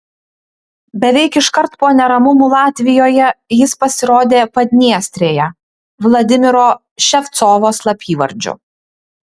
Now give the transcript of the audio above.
beveik iškart po neramumų latvijoje jis pasirodė padniestrėje vladimiro ševcovo slapyvardžiu